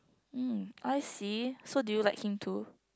um I see so do you like him too